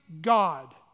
God